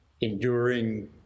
enduring